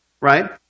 Right